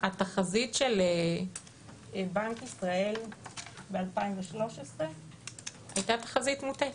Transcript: התחזית של בנק ישראל ב-2013 הייתה תחזית מוטעית.